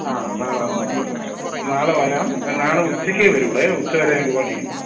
ആ നാളെ വന്നുനോക്കിയിട്ട് പറയാം നാളെ വരാം നാളെ ഉച്ചക്കെ വരുള്ളൂ ഉച്ച വരെ ഞങ്ങൾക്ക് പണിയുണ്ട്